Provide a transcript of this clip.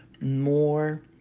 more